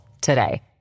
today